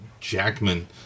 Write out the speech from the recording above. Jackman